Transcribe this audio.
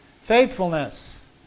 faithfulness